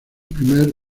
primer